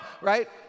Right